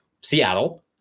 Seattle